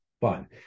fine